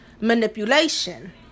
manipulation